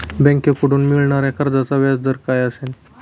बँकेकडून मिळणाऱ्या कर्जाचा व्याजदर काय असेल?